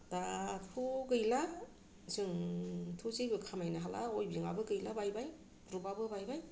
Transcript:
दाथ' गैला जोंथ' जेबो खामायनो हाला उइभिं आबो गैला बायबाय ग्रुप आबो बायबाय